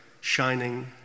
shining